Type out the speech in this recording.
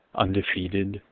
undefeated